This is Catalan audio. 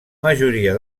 majoria